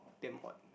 damn hot